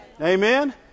Amen